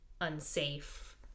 unsafe